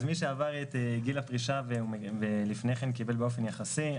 אז מי שעבר את גיל הפרישה ולפני כן קיבל באופן יחסי,